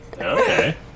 Okay